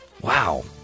Wow